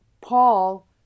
Paul